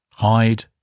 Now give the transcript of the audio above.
Hide